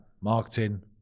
Marketing